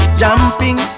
jumping